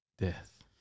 death